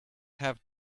have